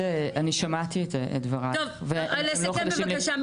לסכם בבקשה.